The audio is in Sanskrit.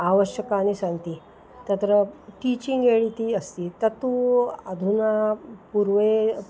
आवश्यकानि सन्ति तत्र टीचिङ्ग् एड् इति अस्ति तत्तु अधुना पूर्वे